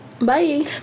Bye